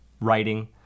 writing